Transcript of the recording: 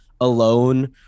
Alone